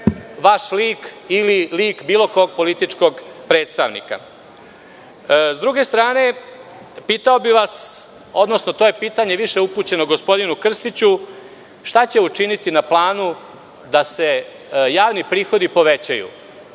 vaš lik ili lik bilo kog političkog predstavnika?S druge strane, pitao bih vas, odnosno to pitanje je više upućeno gospodinu Krstiću – šta će učiniti na planu da se javni prihodi povećaju?